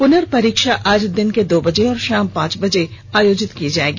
पुनर्परीक्षा आज दिन के दो बजे और शाम पांच बज आयोजित की जाएगी